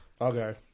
okay